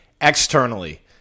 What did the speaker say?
Externally